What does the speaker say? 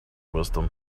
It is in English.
wisdom